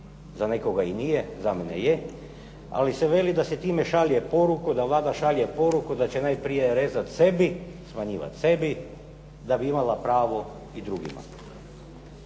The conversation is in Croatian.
za nekoga i nije, za mene je, ali se veli da se time šalje poruka, da Vlada šalje poruku da će najprije rezat sebi, smanjivat sebi da bi imala pravo i drugima.